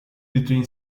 between